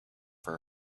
her